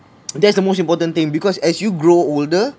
that's the most important thing because as you grow older